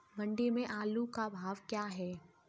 मंडी में आलू का भाव क्या है?